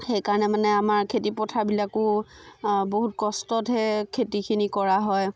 সেইকাৰণে মানে আমাৰ খেতি পথাৰবিলাকো বহুত কষ্টতহে খেতিখিনি কৰা হয়